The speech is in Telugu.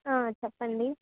ఆ చెప్పండి